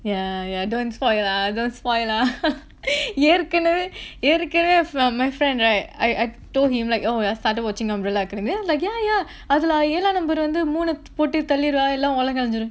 yeah yeah don't spoil lah don't spoil lah ஏற்கனவே ஏற்கனவே:yaerkkanavae yaerkkanavae from my friend right I I told him like oh I started watching umbrella academy then I was like yeah yeah அதுல ஏளா:athula yaelaa number வந்து மூன போட்டு தள்ளிருவா எல்லா உலகம் அளிஞ்சிறு:vanthu moona pottu thalliruvaa ellaa ulagam alinjiru